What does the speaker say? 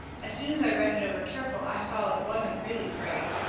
as soon as i read it over careful i saw it wasn't really praise,